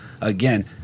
again